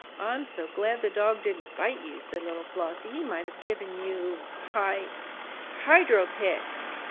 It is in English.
i'm so glad the dog didn't bite you, said little flossie. he might have given you hy hy dro pics.